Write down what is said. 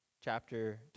chapter